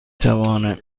توانم